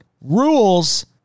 rules